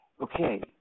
okay